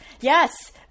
yes